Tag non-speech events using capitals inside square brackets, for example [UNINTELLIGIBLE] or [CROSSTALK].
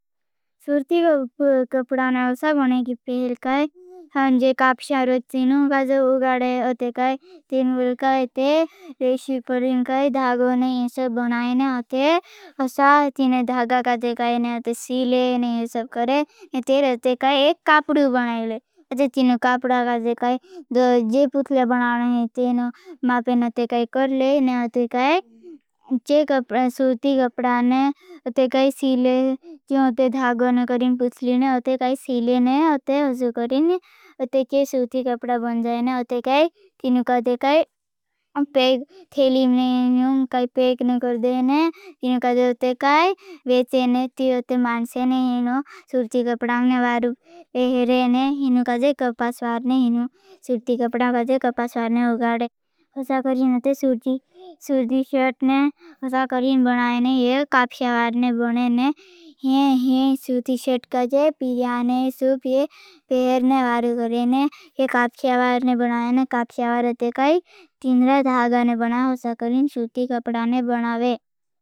सूर्थी गप्डाने उसा बने की पेल काई। ज़े कापशारो तीनु गाज़ उगड़े अथे। काई तीन लोगा अथे रेशी करें। काई धागों ने ये सब बनाएने। अथे उसा तीने धागा काई ते काई ने अथे। सीले ने ये सब करे ने ते रेशी काई एक कापड़ू बनाएने अथे। तीन कापड़ा काई ज़े पुतले। बनाएने थीन मापेन अथे। काई कर ले ने अथे। काई सूर्थी गप्डाने अथे काई सीले ज़े अथे। धागों ने करें पुतले ने अथे काई सीले ने अथे। हसू करें अथे काई सूर्थी गप्डा बन ज़े ने अथे। काई तीन काई थेली में काई पेक ने कर दे ने तीन काई अथे। काई बेचे ने ती अथे। मांटसे ने हीनो सूर्थी गप्डाने बारूप बेहरे ने। [UNINTELLIGIBLE]